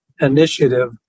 initiative